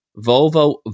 Volvo